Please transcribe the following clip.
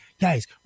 guys